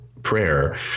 prayer